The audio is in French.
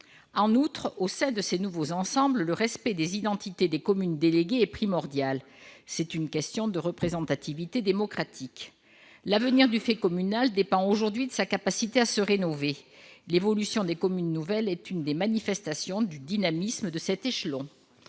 En outre, au sein de ces nouveaux ensembles, le respect des identités des communes déléguées est primordial. C'est une question de représentativité démocratique. L'avenir du fait communal dépend aujourd'hui de sa capacité à se rénover. L'évolution des communes nouvelles est une des manifestations du dynamisme de cet échelon.